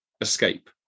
escape